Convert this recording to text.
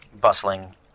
bustling